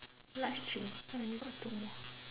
last three I only got two more